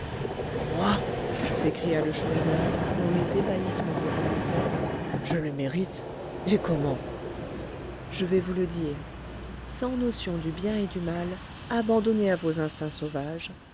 moi s'écria le chourineur dont les ébahissements recommencèrent je le mérite et comment je vais vous le dire sans notions du bien et du mal abandonné à vos instincts sauvages